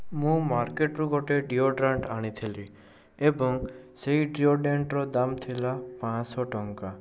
ମୁଁ ମାର୍କେଟ୍ରୁ ଗୋଟେ ଡିଓଡ୍ରାଣ୍ଟ୍ ଆଣିଥିଲି ଏବଂ ସେହି ଡିଓଡ୍ରାଣ୍ଟ୍ର ଦାମ୍ ଥିଲା ପାଞ୍ଚଶହ ଟଙ୍କା